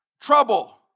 trouble